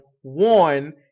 one